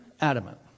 adamant